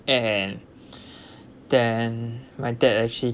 and then my dad actually